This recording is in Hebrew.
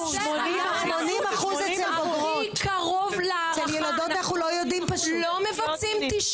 שאלה לגבי ההכשרה: רופאי ילדים לא עוברים הכשרה בפסיכיאטריה.